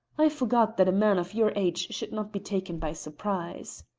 i forgot that a man of your age should not be taken by surprise.